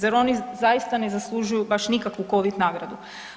Zar oni zaista ne zaslužuju baš nikakvu covid nagradu?